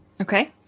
Okay